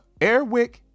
Airwick